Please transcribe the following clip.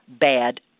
bad